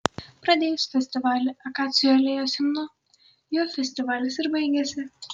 pradėjus festivalį akacijų alėjos himnu juo festivalis ir baigėsi